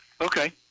Okay